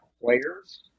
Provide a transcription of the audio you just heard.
players